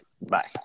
Bye